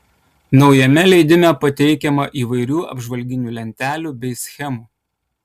naujajame leidime pateikiama įvairių apžvalginių lentelių bei schemų